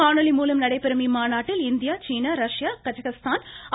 காணொலி மூலம் நடைபெறும் இம்மாநாட்டில் இந்தியா சீனா ரஷ்யா கஸ்கஸ்தான் ஆ